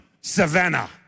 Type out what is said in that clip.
Savannah